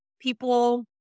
people